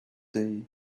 day